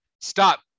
stop